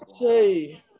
say